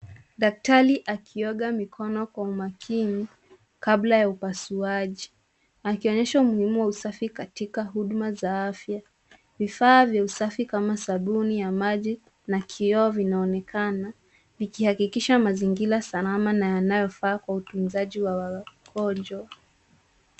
Daktari akioga mikono kwa umakini kabla ya upasuaji akionyesha umuhimu wa usafi katika huduma za afya. Vifaa vya usafi kama sabuni ya maji na kioo vinaonekana, ikihakikisha mazingira salama na yanayofaa kwa utunzaji wa wagonjwa.